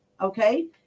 Okay